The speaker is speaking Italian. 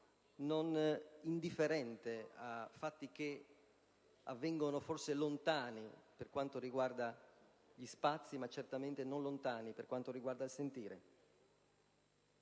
sia indifferente a fatti forse lontani per quanto riguarda gli spazi, ma certamente non lontani per quanto riguarda il sentire.